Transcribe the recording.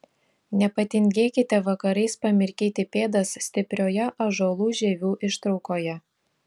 nepatingėkite vakarais pamirkyti pėdas stiprioje ąžuolų žievių ištraukoje